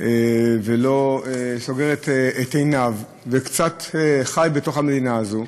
ולא סוגר את עיניו, וקצת חי בתוך המדינה הזאת,